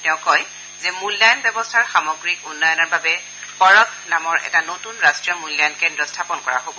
তেওঁ কয় যে মূল্যায়ন ব্যৱস্থাৰ সামগ্ৰিক উন্নয়নৰ বাবে পৰখ নামৰ এটা নতুন ৰাষ্ট্ৰীয় মূল্যায়ন কেন্দ্ৰ স্থাপন কৰা হ'ব